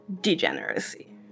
degeneracy